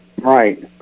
right